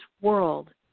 world